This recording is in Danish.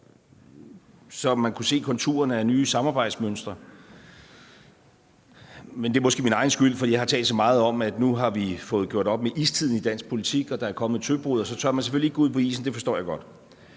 så man kunne se konturerne af nye samarbejdsmønstre. Men det er måske min egen skyld, for jeg har talt så meget om, at nu har vi fået gjort op med istiden i dansk politik og der er kommet et tøbrud, og så tør man selvfølgelig ikke gå ud på isen. Det forstår jeg godt.